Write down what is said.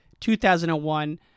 2001